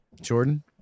jordan